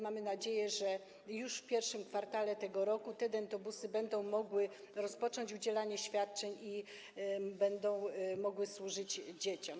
Mamy nadzieję, że już w I kwartale tego roku te dentobusy będą mogły rozpocząć udzielanie świadczeń, będą mogły służyć dzieciom.